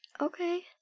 Okay